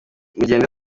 mugende